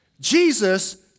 Jesus